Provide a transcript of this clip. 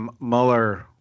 Mueller